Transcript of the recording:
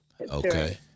Okay